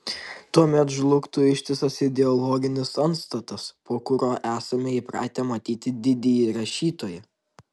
tuomet žlugtų ištisas ideologinis antstatas po kuriuo esame įpratę matyti didįjį rašytoją